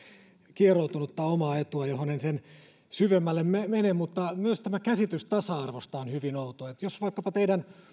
kieroutunutta omaa etua johon en sen syvemmälle mene myös tämä käsitys tasa arvosta on hyvin outo jos vaikkapa teidän